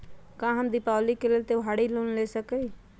का हम दीपावली के लेल त्योहारी लोन ले सकई?